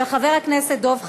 של חבר הכנסת דב חנין,